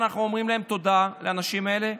אנחנו אומרים להם תודה, לאנשים האלה,